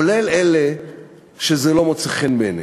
כולל אלה שזה לא מוצא חן בעיניהם.